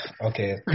okay